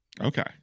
Okay